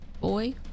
boy